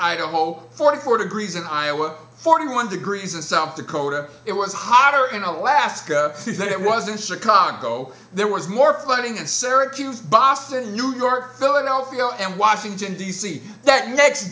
know forty four degrees in iowa forty one degrees in south dakota it was hotter in alaska says it was in chicago there was more flooding in syracuse boston new york philadelphia and washington d c that next